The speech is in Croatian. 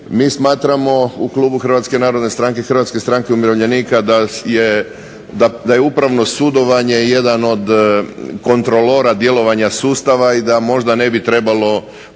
Mi smatramo u klubu Hrvatske narodne stranke i Hrvatske stranke umirovljenika da je upravno sudovanje jedan od kontrolora djelovanja sustava i da možda ne bi trebalo